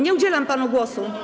Nie udzielam panu głosu.